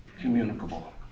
communicable